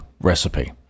recipe